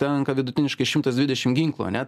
tenka vidutiniškai šimtas dvidešimt ginklų ane